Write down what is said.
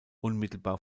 unmittelbar